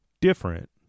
different